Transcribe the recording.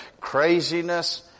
craziness